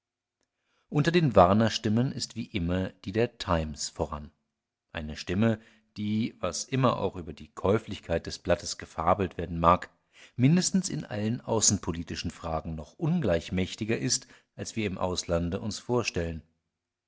unter den warnerstimmen ist wie immer die der times voran eine stimme die was immer auch über die käuflichkeit des blattes gefabelt werden mag mindestens in allen außerpolitischen fragen noch ungleich mächtiger ist als wir im auslande uns vorstellen